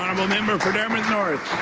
the member for dartmouth north.